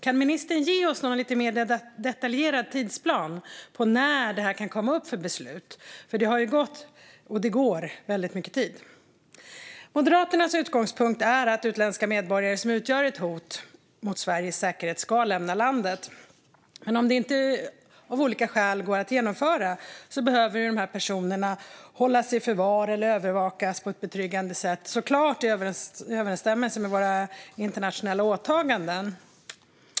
Kan ministern ge oss någon lite mer detaljerad tidsplan för när detta kan komma upp för beslut? Det har ju gått, och går, väldigt mycket tid. Moderaternas utgångspunkt är att utländska medborgare som utgör ett hot mot Sveriges säkerhet ska lämna landet. Om det av olika skäl inte går att genomföra behöver dessa personer hållas i förvar eller övervakas på ett betryggande sätt, såklart i överensstämmelse med våra internationella åtaganden.